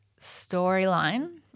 storyline